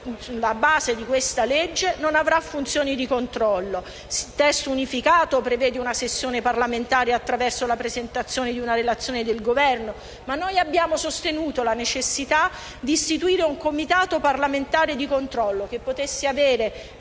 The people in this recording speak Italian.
base di questo provvedimento, non avrà funzioni di controllo. Il testo unificato prevede una sessione parlamentare attraverso la presentazione di una relazione del Governo, ma noi abbiamo sostenuto la necessità di istituire un Comitato parlamentare di controllo che potesse avere